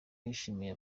yashimiye